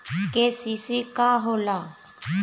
KCC का होला?